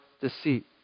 deceit